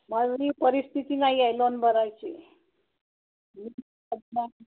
माझी परिस्थिती नाही आहे लोन भरायची